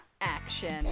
action